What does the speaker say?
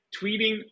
tweeting